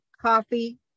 coffee